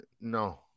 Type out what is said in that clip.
No